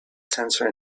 sensor